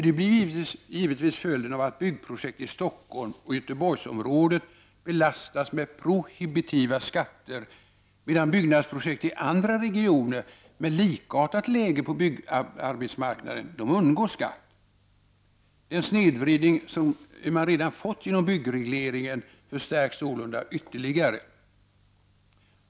Det blir givetvis följden av att byggprojekt i Stockholmsoch Göteborgsområdet belastas med prohibitiva skatter, medan byggnadsprojekt i andra regioner med likartat läge på byggarbetsmarknaden undgår skatt. Den snedvridning som man redan fått genom byggregleringen förstärks därmed ytterligare.